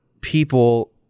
people